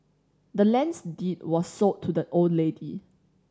the land's deed was sold to the old lady